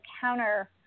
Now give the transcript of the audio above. counter